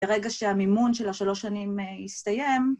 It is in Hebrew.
‫ברגע שהמימון של השלוש שנים יסתיים.